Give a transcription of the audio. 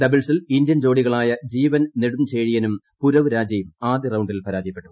ഡബിൾസിൽ ഇന്ത്യൻ ജോഡികളായ ജീവൻ നെടുഞ്ചേഴിയനും പുരവ് രാജയും ആദ്യ റൌണ്ടിൽ പരാജയപ്പെട്ടു